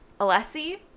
Alessi